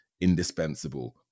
indispensable